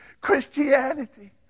Christianity